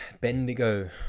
Bendigo